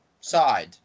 side